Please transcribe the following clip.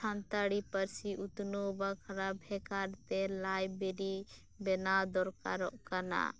ᱥᱟᱱᱛᱟᱲᱤ ᱯᱟᱹᱨᱥᱤ ᱩᱛᱱᱟᱹᱣ ᱵᱟᱠᱷᱨᱟ ᱵᱷᱮᱜᱟᱨ ᱛᱮ ᱞᱟᱭᱵᱮᱨᱤ ᱵᱮᱱᱟᱣ ᱫᱚᱨᱠᱟᱨᱚᱜ ᱠᱟᱱᱟ